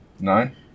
Nine